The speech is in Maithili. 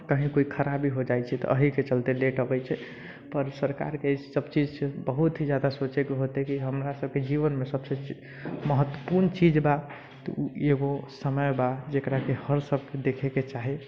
कहीं कोइ खराबी हो जाइ छै तऽ एहिके चलते लेट अबै छै पर सरकारके इसभ चीज बहुत ही जादा सोचैके हौते कि हमरा सभके जीवनमे सभसँ महत्वपूर्ण चीज बा तऽ ओ एगो समय बा जेकराकि हर सभके देखैके चाही